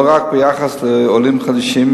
לא רק ביחס לעולים חדשים,